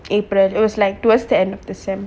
april it was like towards the end of the sem